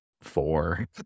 four